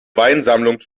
weinsammlung